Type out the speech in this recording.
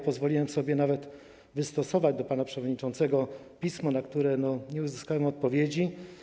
Pozwoliłem sobie nawet wystosować do pana przewodniczącego pismo, na które nie uzyskałem odpowiedzi.